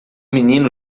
menino